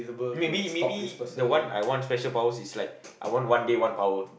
maybe maybe the one I want special powers is like I want one day one power